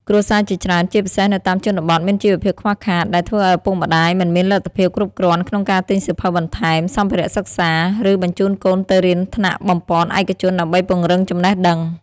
គ្រួសារជាច្រើន ជាពិសេសនៅតាមជនបទ មានជីវភាពខ្វះខាត ដែលធ្វើឱ្យឪពុកម្តាយមិនមានលទ្ធភាពគ្រប់គ្រាន់ក្នុងការទិញសៀវភៅបន្ថែម សម្ភារៈសិក្សា ឬបញ្ជូនកូនទៅរៀនថ្នាលបំប៉នឯកជនដើម្បីពង្រឹងចំណេះដឹង។